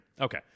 Okay